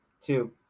two